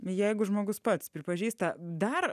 jeigu žmogus pats pripažįsta dar